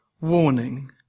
warning